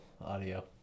Audio